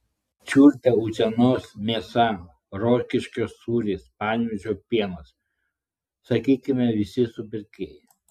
čiulpia utenos mėsa rokiškio sūris panevėžio pienas sakykime visi supirkėjai